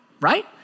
right